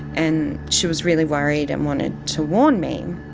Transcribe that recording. and she was really worried and wanted to warn me.